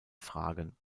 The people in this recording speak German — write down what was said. fragen